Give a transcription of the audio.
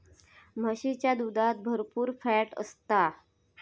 म्हशीच्या दुधात भरपुर फॅट असता